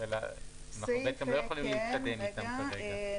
כך שאנחנו בעצם לא יכולים להתקדם איתם כרגע.